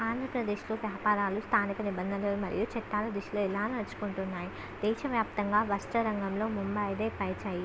ఆంధ్రప్రదేశ్లో వ్యాపారాలు స్థానిక నిబంధనలు మరియు చట్టాల దిశలో ఎలా నడుచుకుంటున్నాయి దేశవ్యాప్తంగా వస్త్రరంగంలో ముంభైదే పై చెయ్యి